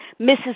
mrs